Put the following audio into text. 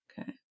Okay